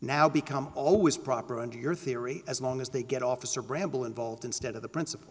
now become always proper under your theory as long as they get officer bramble involved instead of the principal